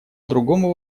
другому